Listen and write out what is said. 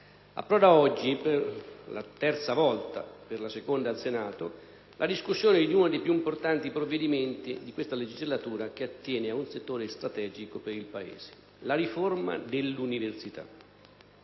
Assemblee parlamentari - la seconda in Senato - la discussione di uno dei più importanti provvedimenti di questa legislatura, che attiene ad un settore strategico per il Paese: la riforma dell'università.